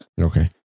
Okay